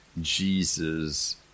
Jesus